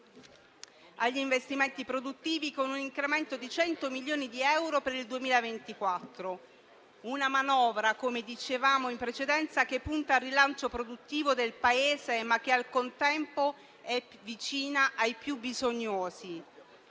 agli investimenti produttivi, con un incremento di 100 milioni di euro per il 2024. È una manovra - come dicevamo in precedenza - che punta al rilancio produttivo del Paese, ma che al contempo è vicina ai più bisognosi.